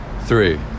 three